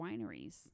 wineries